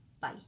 Bye